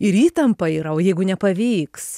ir įtampa yrao jeigu nepavyks